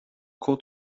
bhfuil